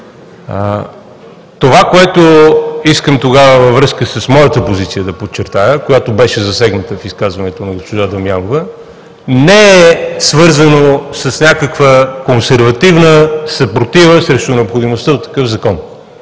Това, което искам тогава във връзка с моята позиция да подчертая, която беше засегната в изказването на госпожа Дамянова, не е свързано с някаква консервативна съпротива срещу необходимостта от такъв закон.